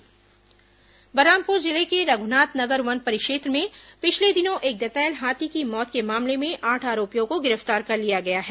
हाथी मौत आरोपी गिरफ्तार बलरामपुर जिले के रघनाथ नगर वन परिक्षेत्र में पिछले दिनों एक दंतैल हाथी की मौत के मामले में आठ आरोपियों को गिरफ्तार कर लिया गया है